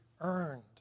earned